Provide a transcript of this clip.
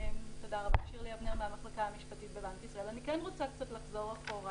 אני כן רוצה קצת לחזור אחורה